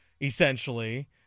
essentially